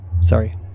sorry